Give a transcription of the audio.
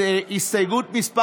הסתייגות מס'